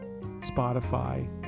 Spotify